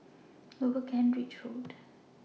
Lower Kent Ridge Road